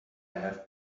have